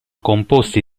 composti